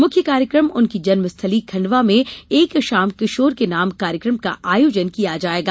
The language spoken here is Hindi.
मुख्य कार्यकम उनकी जन्मस्थली खण्डवा में एक शाम किशोर के नाम कार्यक्रम का आयोजन किया जायेगा